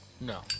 No